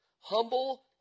Humble